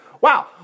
Wow